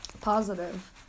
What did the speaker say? positive